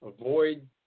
avoid